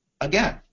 again